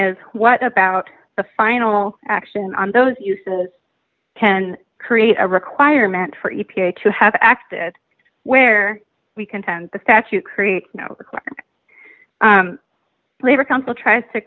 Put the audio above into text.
is what about the final action on those uses can create a requirement for e p a to have acted where we contend the statute create labor council tries to